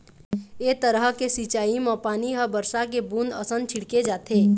ए तरह के सिंचई म पानी ह बरसा के बूंद असन छिड़के जाथे